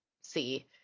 see